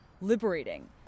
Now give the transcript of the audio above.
liberating